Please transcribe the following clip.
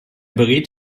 berät